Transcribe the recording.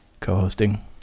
co-hosting